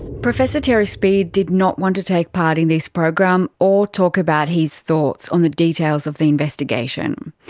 professor terry speed did not want to take part in this program or talk about his thoughts on the details of the investigation.